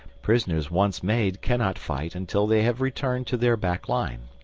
prisoners once made cannot fight until they have returned to their back line.